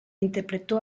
interpretó